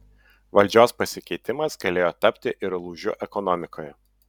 valdžios pasikeitimas galėjo tapti ir lūžiu ekonomikoje